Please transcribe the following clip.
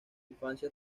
infancia